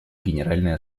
генеральной